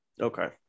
okay